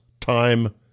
time